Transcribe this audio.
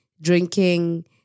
drinking